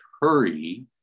hurry